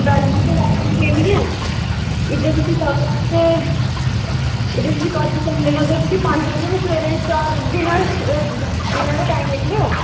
पैह्ली ते वैश्नो देवी ऐ इद्धर तुस जाह्गे ते इद्धर बी घट्ट टाइम लेई लैगे लैना अगर तुसें पंज बजे बी सवेरे चार दिनें दे टाइम निकलेओ